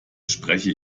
spreche